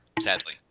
sadly